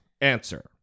answer